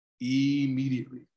immediately